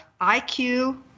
IQ